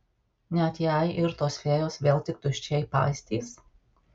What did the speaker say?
net jei ir tos fėjos vėl tik tuščiai paistys